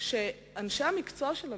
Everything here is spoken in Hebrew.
הוא אנשי המקצוע של המשרד.